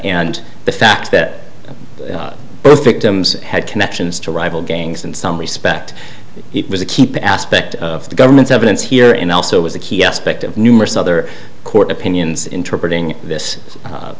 and the fact that both victims had connections to rival gangs in some respect it was a keeping aspect of the government's evidence here and also was a key aspect of numerous other court opinions interpret